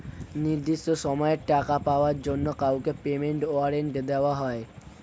নির্দিষ্ট সময়ে টাকা পাওয়ার জন্য কাউকে পেমেন্ট ওয়ারেন্ট দেওয়া হয়